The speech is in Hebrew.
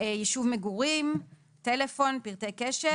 ישוב מגורים, טלפון, פרטי קשר.